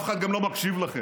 אף אחד גם לא מקשיב לכם,